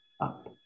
up